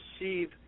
receive